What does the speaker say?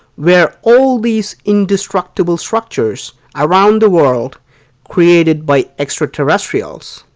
were all these indestructible structures around the world created by extraterrestrials?